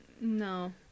No